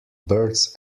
birds